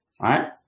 right